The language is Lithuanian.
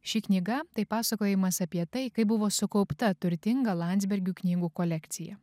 ši knyga tai pasakojimas apie tai kaip buvo sukaupta turtinga landsbergių knygų kolekcija